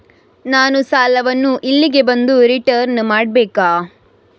ನಾನು ಸಾಲವನ್ನು ಇಲ್ಲಿಗೆ ಬಂದು ರಿಟರ್ನ್ ಮಾಡ್ಬೇಕಾ?